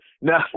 no